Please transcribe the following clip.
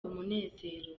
umunezero